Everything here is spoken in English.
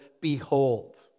behold